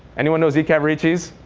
anyone know z. cavariccis?